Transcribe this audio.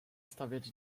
stawać